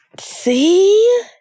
See